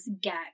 get